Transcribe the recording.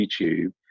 YouTube